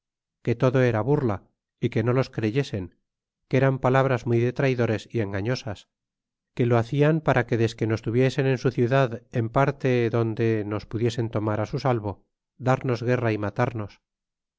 que todo era burla y que no los creyesen que eran palabras muy de traidores y engañosas que lo hacian para que desque nos tuviesen en su ciudad en parte donde nos pudiesen tomar isu salvo darnos guerra y matarnos